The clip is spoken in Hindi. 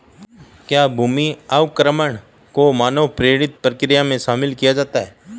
क्या भूमि अवक्रमण को मानव प्रेरित प्रक्रिया में शामिल किया जाता है?